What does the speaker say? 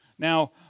Now